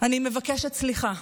אני מבקשת סליחה.